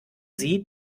sie